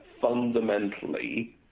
fundamentally